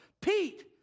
Pete